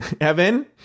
Evan